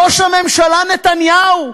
ראש הממשלה נתניהו,